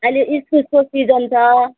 अहिले इस्कुसको सिजन छ